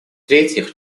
третьих